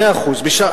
מאה אחוז, בשלב זה.